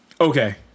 Okay